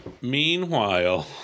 Meanwhile